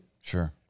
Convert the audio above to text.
Sure